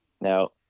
Now